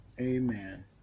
Amen